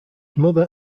mother